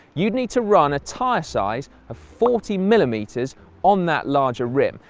you'd need to run a tyre size of forty millimetres on that larger rim.